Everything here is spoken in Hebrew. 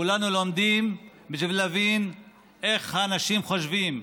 כולנו לומדים בשביל להבין איך האנשים חושבים,